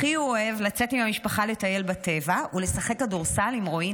הכי הוא אוהב לצאת עם המשפחה לטבע ולשחק כדורסל עם רועי,